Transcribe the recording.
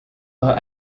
par